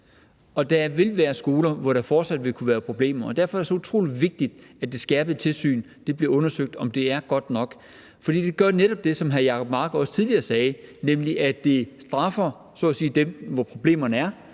der vil være skoler, hvor der fortsat vil kunne være problemer. Derfor er det så utrolig vigtigt, at det bliver undersøgt, om det skærpede tilsyn er godt nok. For det gør jo netop det, som hr. Jacob Mark også tidligere sagde, nemlig så at sige straffer dem, der har problemerne,